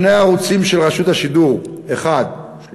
שני ערוצים של רשות השידור, 1 ו-33,